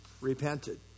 repented